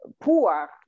poor